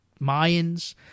Mayans